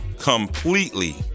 completely